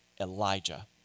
Elijah